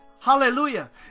hallelujah